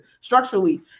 structurally